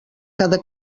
cada